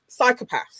psychopaths